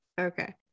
okay